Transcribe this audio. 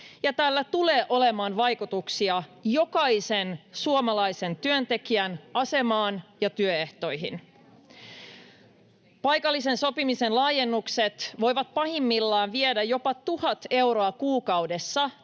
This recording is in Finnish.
tällä tulee olemaan vaikutuksia jokaisen suomalaisen työntekijän asemaan ja työehtoihin. Paikallisen sopimisen laajennukset voivat pahimmillaan viedä jopa tuhat euroa kuukaudessa